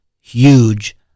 huge